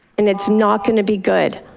and it's not gonna be good.